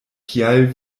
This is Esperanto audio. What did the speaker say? kial